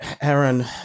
Aaron